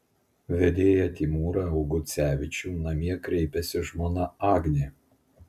vedėją timūrą augucevičių namie kreipiasi žmona agnė